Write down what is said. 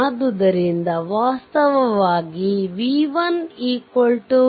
ಆದ್ದರಿಂದ ವಾಸ್ತವವಾಗಿ v1 v